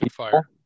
fire